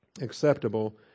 Acceptable